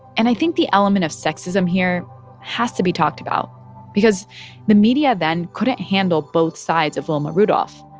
and i think the element of sexism here has to be talked about because the media then couldn't handle both sides of wilma rudolph,